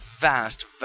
vast